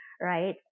right